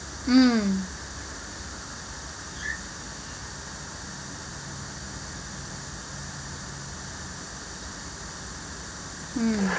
mm mm